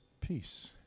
peace